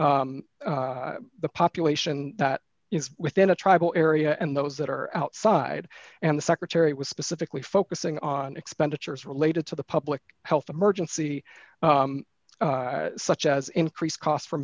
the population that is within a tribal area and those that are outside and the secretary was specifically focusing on expenditures related to the public health emergency such as increased cost for